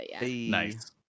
nice